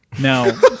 Now